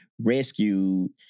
rescued